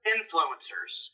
Influencers